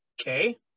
okay